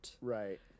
Right